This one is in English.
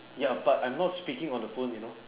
ya but I'm not speaking on the phone you know